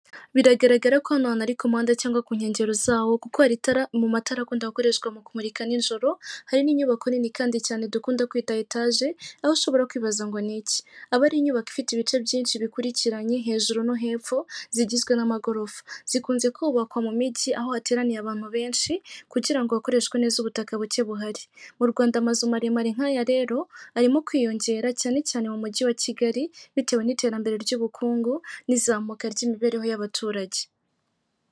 Biragaragara ko hano hantu ari ku muhanda cyangwa ku nkengero zawo, kuko hari itara mu matara akunda gukoreshwa mu kumurika nijoro, hari n'inyubako nini kandi cyane dukunda kwita etaje, aho ushobora kwibaza ngo ni iki? Aba ari inyubako ifite ibice byinshi bikurikiranye hejuru no hepfo, zigizwe n'amagorofa. Zikunze kubakwa mu Mijyi aho hateraniye abantu benshi, kugira ngo hakoreshwe neza ubutaka buke buhari. Mu Rwanda amazu maremare nk'aya rero, arimo kwiyongera cyane cyane mu Mujyi wa Kigali, bitewe n'iterambere ry'ubukungu n'izamuka ry'imibereho y'abaturage.